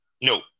No